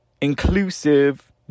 inclusive